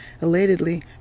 elatedly